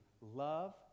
love